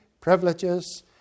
privileges